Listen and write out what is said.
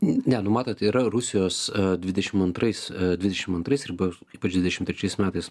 ne nu matot yra rusijos dvidešimt antrais dvidešimt antrais ir ypač dvidešimt trečiais metais